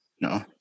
No